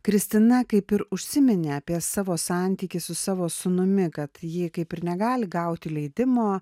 kristina kaip ir užsiminė apie savo santykį su savo sūnumi kad jį kaip ir negali gauti leidimo